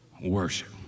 Worship